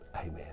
Amen